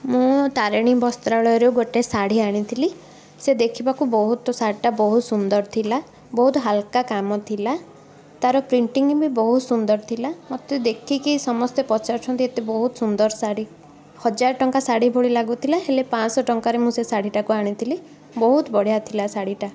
ମୁଁ ତାରିଣୀ ବସ୍ତ୍ରାଳୟରୁ ଗୋଟେ ଶାଢୀ ଆଣିଥିଲି ସେ ଦେଖିବାକୁ ବହୁତ ଶାଢୀଟା ବହୁତ ସୁନ୍ଦର ଥିଲା ବହୁତ ହାଲକା କାମ ଥିଲା ତା'ର ପ୍ରିଣ୍ଟିଂ ବି ବହୁତ ସୁନ୍ଦର ଥିଲା ମୋତେ ଦେଖିକି ସମସ୍ତେ ପଚାରୁଛନ୍ତି ଏତେ ବହୁତ ସୁନ୍ଦର ଶାଢୀ ହଜାର ଟଙ୍କା ଶାଢୀ ଭଳି ଲାଗୁଥିଲା ହେଲେ ପାଞ୍ଚ ଶହ ଟଙ୍କାରେ ମୁଁ ସେ ଶାଢ଼ୀଟାକୁ ଆଣିଥିଲି ବହୁତ ବଢ଼ିଆ ଥିଲା ଶାଢ଼ୀଟା